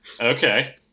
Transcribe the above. Okay